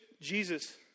Jesus